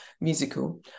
musical